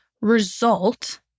result